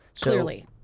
Clearly